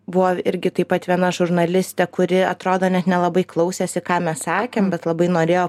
buvo irgi taip pat viena žurnalistė kuri atrodo net nelabai klausėsi ką mes sakėm bet labai norėjo